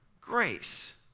grace